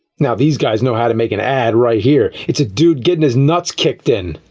now, these guys know how to make an ad, right here! it's a dude gettin' his nuts kicked in!